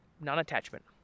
non-attachment